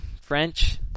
French